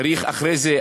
צריך אחרי זה,